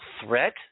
threat